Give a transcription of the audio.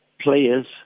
players